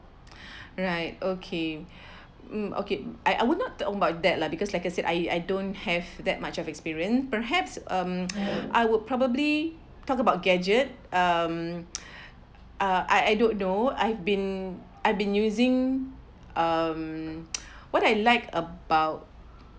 right okay mm okay I I would not talk about that lah because like I said I I don't have that much of experience perhaps mm I would probably talk about gadget um uh I I don't know I've been I've been using um what I like about